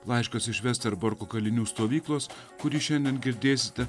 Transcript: laiškas iš vesterburko kalinių stovyklos kurį šiandien girdėsite